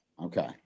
Okay